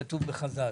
כתוב בחז"ל,